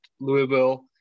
Louisville